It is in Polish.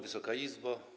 Wysoka Izbo!